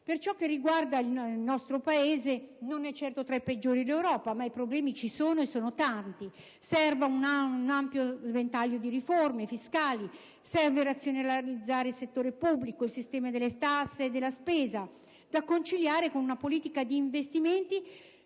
Per quanto riguarda il nostro Paese, esso non è certo tra i peggiori d'Europa, ma i problemi ci sono e sono tanti. Serve un ampio ventaglio di riforme fiscali e una razionalizzazione del settore pubblico e del sistema delle tasse e della spesa, da conciliare con una politica d'investimenti